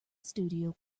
studio